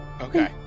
Okay